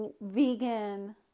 vegan